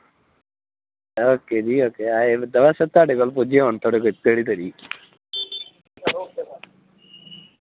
okay जी okay असी दवैं थोआड़े कोल पुज्जे हु'न